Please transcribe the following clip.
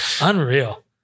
Unreal